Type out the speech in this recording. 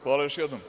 Hvala još jednom.